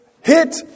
Hit